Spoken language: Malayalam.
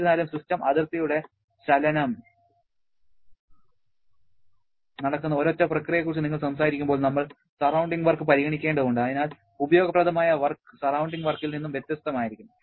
എന്നിരുന്നാലും സിസ്റ്റം അതിർത്തിയുടെ ചലനം നടക്കുന്ന ഒരൊറ്റ പ്രക്രിയയെക്കുറിച്ച് നിങ്ങൾ സംസാരിക്കുമ്പോൾ നമ്മൾ സറൌണ്ടിങ് വർക്ക് പരിഗണിക്കേണ്ടതുണ്ട് അതിനാൽ ഉപയോഗപ്രദമായ വർക്ക് സറൌണ്ടിങ് വർക്കിൽ നിന്ന് വ്യത്യസ്തമായിരിക്കും